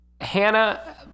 Hannah